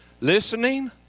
listening